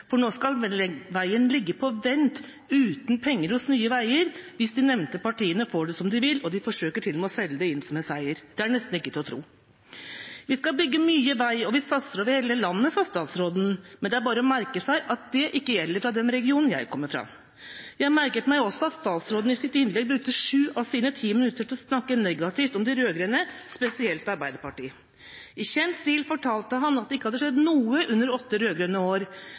skal nå ligge på vent, uten penger, hos Nye Veier, hvis de nevnte partiene får det som de vil. De forsøker til og med å selge det inn som en seier. Det er nesten ikke til å tro. Vi skal bygge mye vei, og vi satser over hele landet, sa statsråden, men det er bare å merke seg at det ikke gjelder for den regionen jeg kommer fra. Jeg merket meg også at statsråden i sitt innlegg brukte 7 av sine 10 minutter til å snakke negativt om de rød-grønne, spesielt Arbeiderpartiet. I kjent stil fortalte han at det ikke hadde skjedd noe under åtte rød-grønne år,